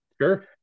Sure